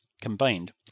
combined